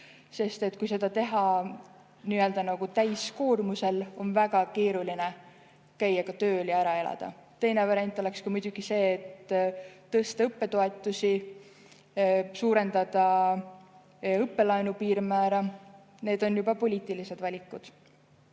sest kui [õppida] nii-öelda täiskoormusega, on väga keeruline käia ka tööl ja ära elada. Teine variant oleks muidugi see, et tõsta õppetoetusi, suurendada õppelaenu piirmäära – need on juba poliitilised valikud.